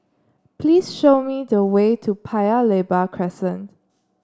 please show me the way to Paya Lebar Crescent